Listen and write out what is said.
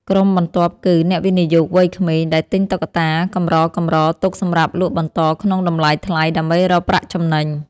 ក្រុមបន្ទាប់គឺ អ្នកវិនិយោគវ័យក្មេង ដែលទិញតុក្កតាកម្រៗទុកសម្រាប់លក់បន្តក្នុងតម្លៃថ្លៃដើម្បីរកប្រាក់ចំណេញ។